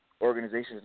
organizations